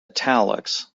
italics